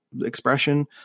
expression